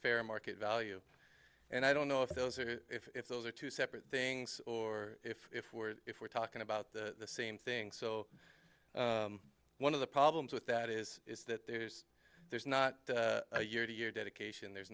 fair market value and i don't know if those are if those are two separate things or if we're talking about the same thing so one of the problems with that is is that there's there's not a year to year dedication there's